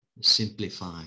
simplify